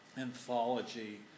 anthology